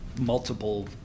multiple